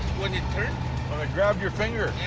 when it turned. and it grabbed your finger?